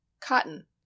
cotton